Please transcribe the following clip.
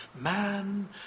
man